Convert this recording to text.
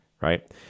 Right